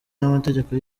n’amategeko